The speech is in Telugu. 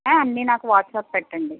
అన్నీ నాకు వాట్సాప్ పెట్టండి